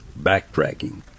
backtracking